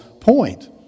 point